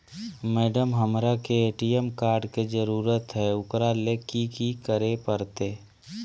Madam, हमरा के ATM card के जरूरत है ऊकरा ले की की करे परते?